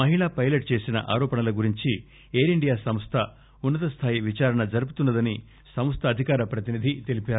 మహిళా పైలట్ చేసిన ఆరోపణల గురించి ఎయిరిండియా సంస్ల ఉన్న త స్లాయి విచారణ జరుపుతున్న దని సంస్ల అధికార ప్రతినిధి తెలిపారు